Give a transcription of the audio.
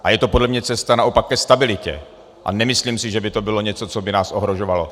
A je to podle mne cesta naopak ke stabilitě a nemyslím si, že by to bylo něco, co by nás ohrožovalo.